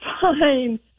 fine